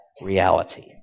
reality